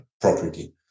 property